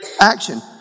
Action